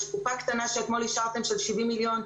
יש קופה קטנה שאתמול אישרתם של 70 מיליון,